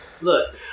Look